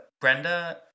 Brenda